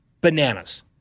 bananas